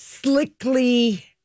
Slickly